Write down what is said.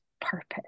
purpose